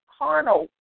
Carnal